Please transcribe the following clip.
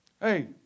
Hey